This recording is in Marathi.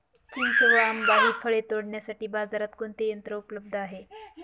चिंच व आंबा हि फळे तोडण्यासाठी बाजारात कोणते यंत्र उपलब्ध आहे?